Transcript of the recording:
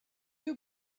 you